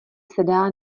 sedá